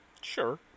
Sure